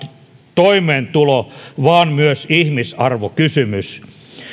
toimeentulo vaan myös ihmisarvokysymys